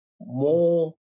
more